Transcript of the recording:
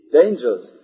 dangers